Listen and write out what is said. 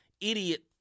idiot